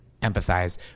empathize